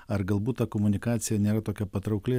ar galbūt ta komunikacija nėra tokia patraukli